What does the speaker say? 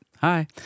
hi